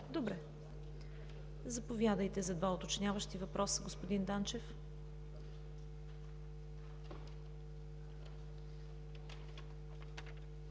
Заповядайте за два уточняващи въпроса, господин Данчев.